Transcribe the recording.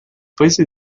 paese